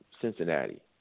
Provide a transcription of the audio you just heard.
Cincinnati